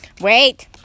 Wait